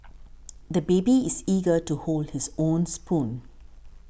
the baby is eager to hold his own spoon